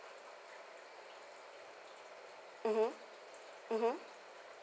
mmhmm